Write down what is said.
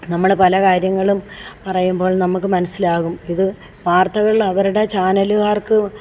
നമ്മൾ പല കാര്യങ്ങളും പറയുമ്പോൾ നമുക്ക് മനസിലാകും ഇത് വർത്തകൾ അവരുടെ ചാനലുകാർക്ക്